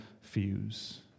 fuse